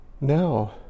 Now